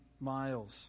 miles